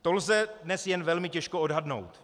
To lze dnes jen velmi těžko odhadnout.